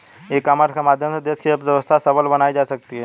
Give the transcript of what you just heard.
ई commerce के माध्यम से देश की अर्थव्यवस्था सबल बनाई जा सकती है